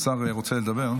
השר רוצה לדבר.